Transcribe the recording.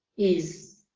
is